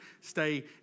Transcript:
stay